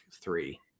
three